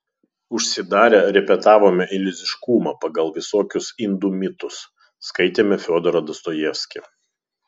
užsidarę repetavome iliuziškumą pagal visokius indų mitus skaitėme fiodorą dostojevskį